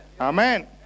amen